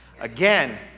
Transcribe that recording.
Again